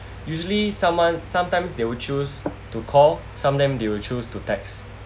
usually someone sometimes they will choose to call some them they will choose to text